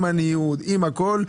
עם הניוד ועם הכל.